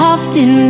Often